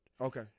Okay